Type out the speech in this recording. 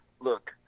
Look